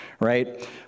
right